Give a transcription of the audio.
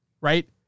right